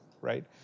right